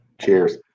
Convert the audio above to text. cheers